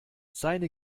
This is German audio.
seine